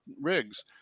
rigs